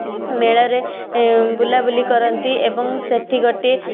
ମେଳାରେ ବୁଲା ବୁଲି କରନ୍ତି ଏବଂ ସେଠି ଗୋଟି